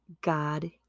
God